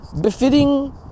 befitting